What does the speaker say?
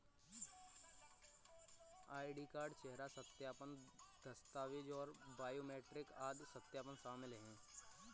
ID card, चेहरा सत्यापन, दस्तावेज़ और बायोमेट्रिक आदि सत्यापन शामिल हैं